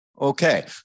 Okay